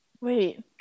Wait